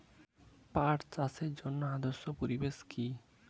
পাট চাষের জন্য আদর্শ পরিবেশ কি?